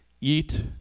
eat